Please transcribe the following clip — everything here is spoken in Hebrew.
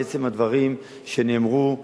על עצם הדברים שנאמרו,